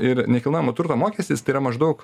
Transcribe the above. ir nekilnojamo turto mokestis tai yra maždaug